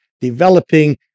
developing